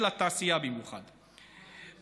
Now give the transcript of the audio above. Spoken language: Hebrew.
במיוחד בעניין התעשייה.